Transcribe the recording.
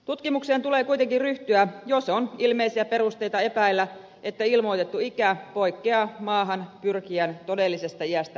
tutkimukseen tulee kuitenkin ryhtyä jos on ilmeisiä perusteita epäillä että ilmoitettu ikä poikkeaa maahanpyrkijän todellisesta iästä ratkaisevasti